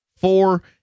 Four